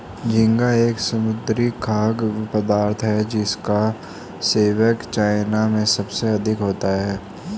झींगा एक समुद्री खाद्य पदार्थ है जिसका सेवन चाइना में सबसे अधिक होता है